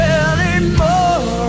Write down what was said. anymore